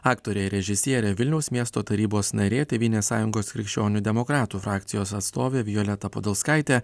aktorė režisierė vilniaus miesto tarybos narė tėvynės sąjungos krikščionių demokratų frakcijos atstovė violeta podolskaitė